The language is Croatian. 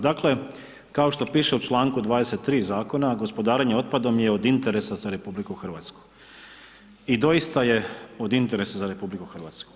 Dakle, kao što piše u članku 23. zakona gospodarenje otpadom je od interesa za RH i doista je od interesa za RH.